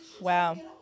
Wow